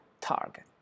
target